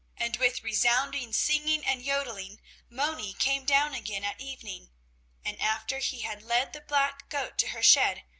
and with resounding singing and yodeling moni came down again at evening and after he had led the black goat to her shed,